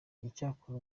icyakora